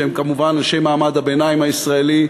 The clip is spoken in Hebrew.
שהם כמובן אנשי מעמד הביניים הישראלי,